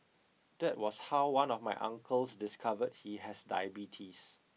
that was how one of my uncles discovered he has diabetes